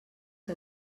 que